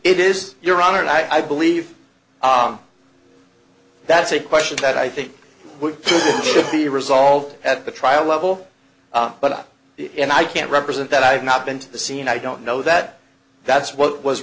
it is your honor and i believe that's a question that i think would be resolved at the trial level but up and i can't represent that i've not been to the scene i don't know that that's what was